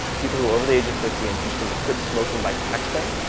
people who are over the age of fifty and teach them to quit smoking by texting,